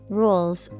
rules